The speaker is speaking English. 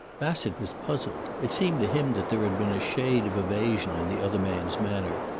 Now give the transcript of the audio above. bassett was puzzled. it seemed to him that there had been a shade of evasion in the other man's manner,